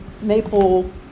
maple